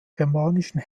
germanischen